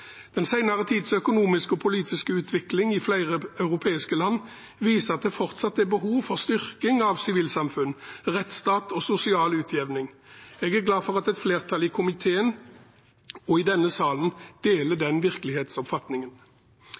Den senere tids økonomiske og politiske utvikling i flere europeiske land viser at det fortsatt er behov for styrking av sivilsamfunn, rettsstat og sosial utjevning. Jeg er glad for at et flertall i komiteen og i denne salen deler den virkelighetsoppfatningen.